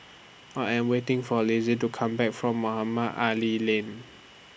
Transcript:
I Am waiting For Lizette to Come Back from Mohamed Ali Lane